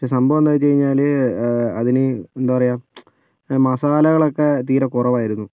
പക്ഷെ സംഭവം എന്ന് വെച്ച് കഴിഞ്ഞാല് അതിന് എന്താ പറയുക മസാലകളൊക്കെ തീരെ കുറവായിരുന്നു